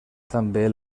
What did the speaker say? també